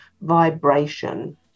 vibration